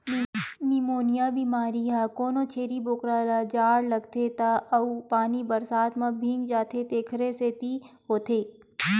pneumonia बेमारी ह कोनो छेरी बोकरा ल जाड़ लागथे त अउ पानी बरसात म भीग जाथे तेखर सेती होथे